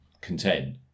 contend